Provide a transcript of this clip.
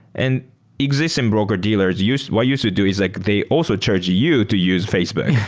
and existing broker-dealers use what you should do is like they also charge you you to use facebook.